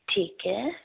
ਠੀਕ ਹੈ